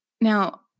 Now